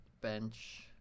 bench